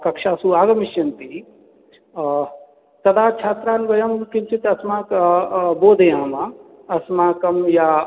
कक्षासु आगमिष्यन्ति तदा छात्रान् वयं किञ्चित् अस्माकं बोधयामः अस्माकं या